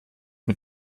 mit